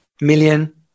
million